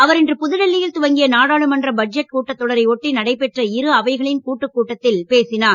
அவர் இன்று புதுடெல்லியில் துவங்கிய நாடாளுமன்ற பட்ஜெட் கூட்டத் தொடரை ஒட்டி நடைபெற்ற இருஅவைகளின் கூட்டு கூட்டத்தில் பேசினார்